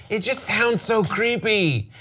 it just sounds so creepy.